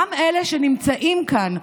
גם אלה שנמצאים כאן,